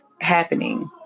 happening